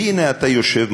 והנה אתה יושב,